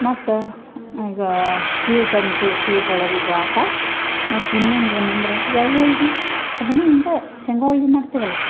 ಮತ್ತಾ ಸ್ ಈಗ ಸ್ವೀಟ್ ಅಂತು ಸ್ವೀಟ್ ಒಳಗೆ ಇದಾತ ಮತ್ತೆ ಇನ್ನೊಂದು ಏನಂದ್ರ ಎಳ್ಳು ಹೋಳ್ಗಿ ಅದನು ಹಿಂಗ ಶೇಂಗ ಹೋಳ್ಗಿ ಮಾಡ್ತೀವಲ್ಲ